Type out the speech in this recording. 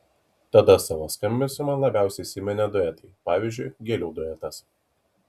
tada savo skambesiu man labiausiai įsiminė duetai pavyzdžiui gėlių duetas